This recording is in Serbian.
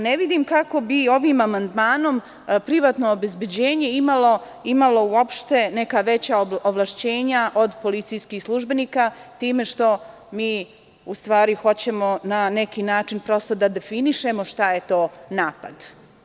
Ne vidim kako bi ovim amandmanom privatno obezbeđenje imalo uopšte neka veća ovlašćenja od policijskih službenika time što mi u stvari hoćemo na neki način prosto da definišemo šta je to napad.